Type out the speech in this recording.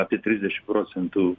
apie trisdešim procentų